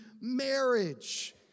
marriage